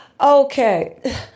Okay